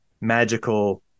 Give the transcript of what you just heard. magical